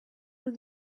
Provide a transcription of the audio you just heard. when